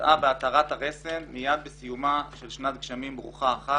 שהתבטאה בהתרת הרסן מיד בסיומה של שנת גשמים ברוכה אחת,